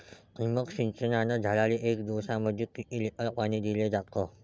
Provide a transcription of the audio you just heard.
ठिबक सिंचनानं झाडाले एक दिवसामंदी किती लिटर पाणी दिलं जातं?